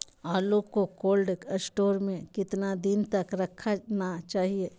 आलू को cold store में कितना दिन तक रखना चाहिए?